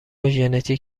ژنتیک